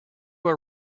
our